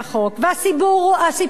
הסיפור הוא,